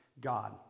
God